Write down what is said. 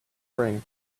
spring